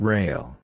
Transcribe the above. Rail